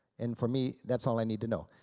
and for me, that's all i need to know.